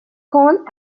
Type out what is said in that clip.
corn